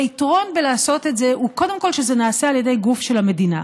היתרון בלעשות את זה הוא קודם כל בכך שזה נעשה על ידי גוף של המדינה,